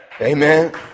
Amen